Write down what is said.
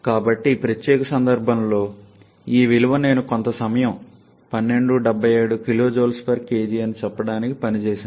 కాబట్టి ఈ ప్రత్యేక సందర్భంలో ఈ విలువ నేను కొంత సమయం 1277 kJkg అని చెప్పడానికి పని చేసాను